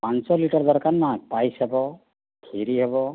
ପାଞ୍ଚ ଲିଟର୍ ଦରକାର ନା ପାଇସ୍ ହେବ କ୍ଷୀରି ହେବ